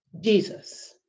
Jesus